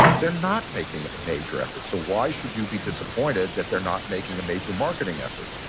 they're not making a major effort. so why should you be disappointed that they're not making a major marketing effort?